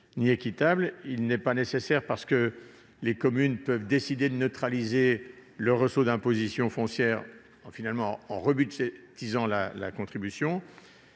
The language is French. ni équitable. Il n'est pas nécessaire, parce que les communes peuvent décider de neutraliser le ressaut d'imposition foncière en rebudgétisant la contribution.